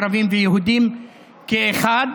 ערבים ויהודים כאחד.